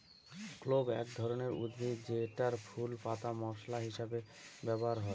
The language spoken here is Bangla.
ক্লোভ এক ধরনের উদ্ভিদ যেটার ফুল, পাতা মশলা হিসেবে ব্যবহার করে